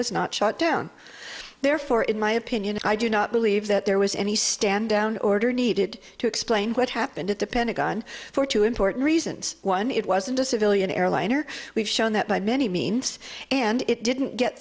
was not shot down therefore in my opinion i do not believe that there was any stand down order needed to explain what happened at the pentagon for two important reasons one it wasn't a civilian airliner we've shown that by many means and it didn't get